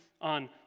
on